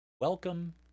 welcome